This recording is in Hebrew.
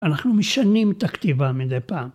אנחנו משנים את הכתיבה מדי פעם.